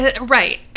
Right